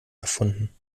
erfunden